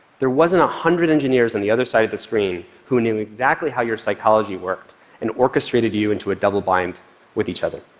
there wasn't a hundred engineers on and the other side of the screen who knew exactly how your psychology worked and orchestrated you into a double bind with each other.